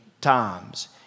times